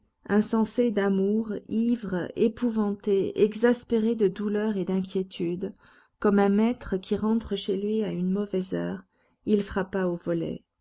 insensé d'amour ivre épouvanté exaspéré de douleur et d'inquiétude comme un maître qui rentre chez lui à une mauvaise heure il frappa aux volets